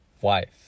Wife